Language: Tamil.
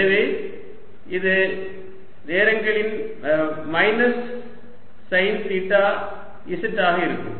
எனவே இது நேரங்களின் மைனஸ் சைன் தீட்டா z ஆக இருக்கும்